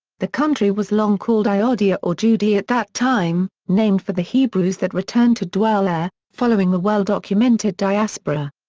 the country was long called ioudaia or judaea at that time, named for the hebrews that returned to dwell there, following the well-documented diaspora.